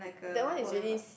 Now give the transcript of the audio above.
that one is really s~